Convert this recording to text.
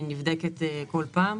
היא נבדקת כל פעם.